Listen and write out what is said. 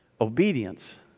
obedience